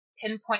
pinpoint